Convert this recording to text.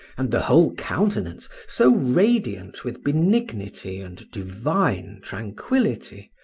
and the whole countenance so radiant with benignity and divine tranquillity,